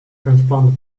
transplanted